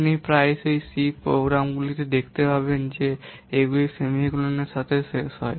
আপনি প্রায়শই সি প্রোগ্রামগুলিতে দেখতে পেয়েছেন যে এগুলি সেমিকোলনের সাথে শেষ হয়